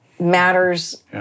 matters